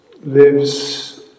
lives